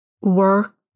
work